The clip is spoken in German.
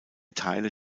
teile